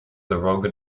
rogue